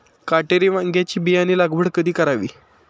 काटेरी वांग्याची बियाणे लागवड कधी करावी?